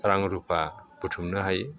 रां रुफा बुथुमनो हायो